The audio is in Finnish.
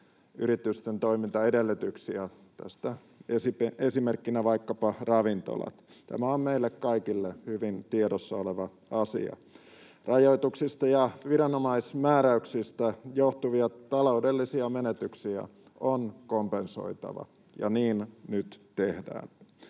yritysten toimintaedellytyksiä, tästä esimerkkinä vaikkapa ravintolat. Tämä on meille kaikille hyvin tiedossa oleva asia. Rajoituksista ja viranomaismääräyksistä johtuvia taloudellisia menetyksiä on kompensoitava, ja niin nyt tehdään.